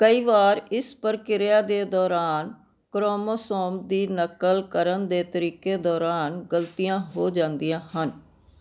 ਕਈ ਵਾਰ ਇਸ ਪ੍ਰਕਿਰਿਆ ਦੇ ਦੌਰਾਨ ਕ੍ਰੋਮੋਸੋਮ ਦੀ ਨਕਲ ਕਰਨ ਦੇ ਤਰੀਕੇ ਦੌਰਾਨ ਗਲਤੀਆਂ ਹੋ ਜਾਂਦੀਆਂ ਹਨ